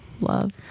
Love